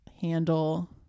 handle